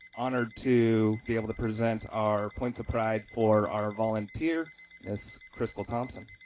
honored to be able to present our points of pride for our volunteer ms. christel thompson